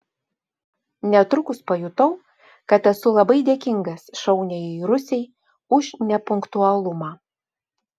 netrukus pajutau kad esu labai dėkingas šauniajai rusei už nepunktualumą